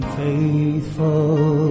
faithful